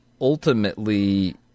ultimately